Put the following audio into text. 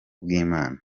bw’imana